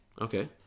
Okay